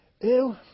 Ew